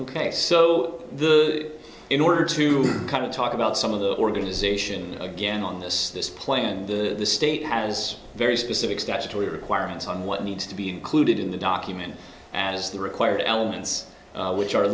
ok so the in order to kind of talk about some of the organization again on this this plan the state has very specific statutory requirements on what needs to be included in the document as the required elements which are